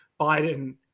Biden